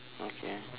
okay